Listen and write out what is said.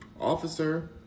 officer